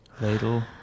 Ladle